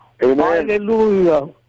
Hallelujah